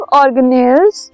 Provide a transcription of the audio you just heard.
organelles